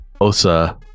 Osa